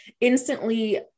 instantly